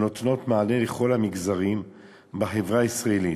הנותנות מענה לכל המגזרים בחברה הישראלית.